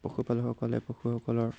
পশুপালসকলে পশুসকলৰ